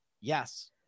Yes